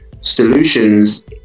solutions